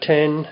Ten